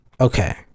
Okay